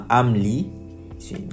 amli